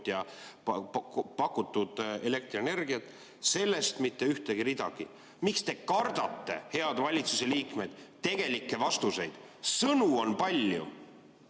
pakutavat elektrienergiat – sellest mitte ühte ridagi. Miks te kardate, head valitsusliikmed, tegelikke vastuseid? Sõnu on palju,